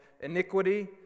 iniquity